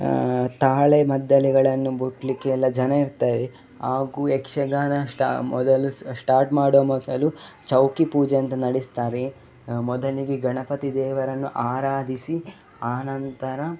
ತಾಳ ಮದ್ದಳೆಗಳನ್ನು ಬೊಟ್ಲಿಕ್ಕೆಲ್ಲ ಜನ ಇರ್ತಾರೆ ಹಾಗೂ ಯಕ್ಷಗಾನ ಸ್ಟಾ ಮೊದಲು ಸ್ಟಾರ್ಟ್ ಮಾಡುವ ಮೊದಲು ಚೌಕಿ ಪೂಜೆ ಅಂತ ನಡೆಸ್ತಾರೆ ಮೊದಲಿಗೆ ಗಣಪತಿ ದೇವರನ್ನು ಆರಾಧಿಸಿ ಆನಂತರ